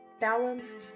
balanced